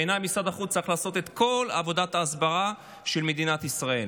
בעיניי משרד החוץ צריך לעשות את כל עבודת ההסברה של מדינת ישראל.